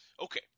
Okay